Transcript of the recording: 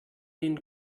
den